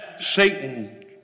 Satan